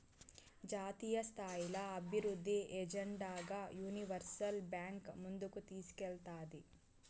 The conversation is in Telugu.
జాతీయస్థాయిల అభివృద్ధి ఎజెండాగా యూనివర్సల్ బాంక్ ముందుకు తీస్కేల్తాది